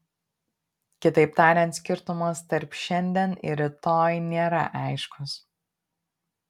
kitaip tariant skirtumas tarp šiandien ir rytoj nėra aiškus